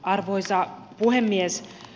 arvoisa puhemies